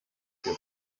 gibt